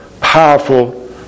powerful